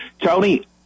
Tony